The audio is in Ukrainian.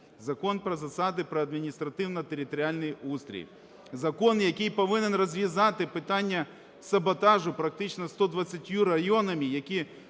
Закон про засади про адміністративно-територіальний устрій. Закон, який повинен розв'язати питання саботажу практично 120 районами, які